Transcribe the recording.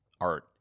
art